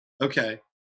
Okay